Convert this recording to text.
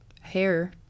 Hair